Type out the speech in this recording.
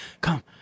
come